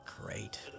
great